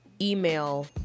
email